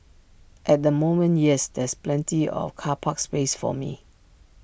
at the moment yes there's plenty of car park space for me